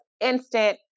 instant